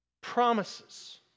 promises